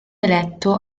eletto